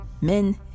men